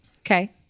Okay